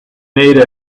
made